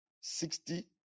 sixty